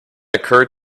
occur